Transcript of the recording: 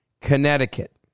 Connecticut